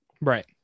Right